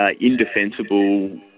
indefensible